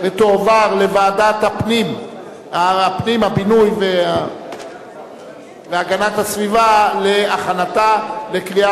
לדיון מוקדם בוועדת הפנים והגנת הסביבה נתקבלה.